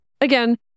Again